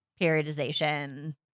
periodization